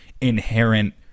inherent